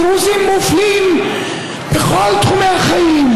הדרוזים מופלים בכל תחומי החיים,